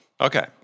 Okay